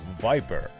Viper